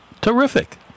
Terrific